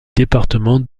département